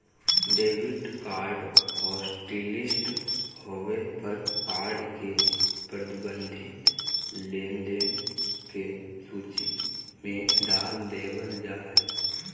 debit card hotlist होबे पर card के प्रतिबंधित लेनदेन के सूची में डाल देबल जा हय